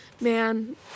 man